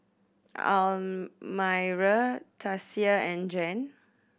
Almyra Tasia and Jann